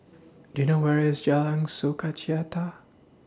Do YOU know Where IS Jalan